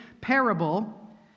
parable